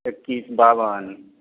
एकैस बावन